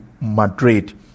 Madrid